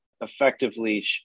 effectively